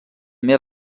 més